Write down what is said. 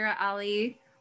Ali